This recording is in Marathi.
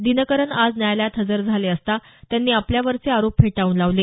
दिनकरन आज न्यायालयात हजर झाले असता त्यांनी आपल्यावरचे आरोप फेटाळून लावले